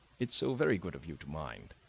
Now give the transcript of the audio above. it's so very good of you to mind.